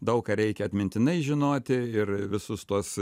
daug ką reikia atmintinai žinoti ir visus tuos